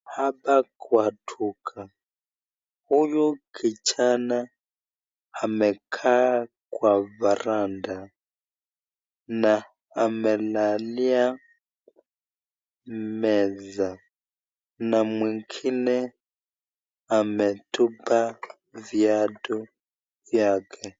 Hapa kwa duka huyu kijana amekaa Kwa varanda na amelalia meza na mwingine ametupa viatu vyake.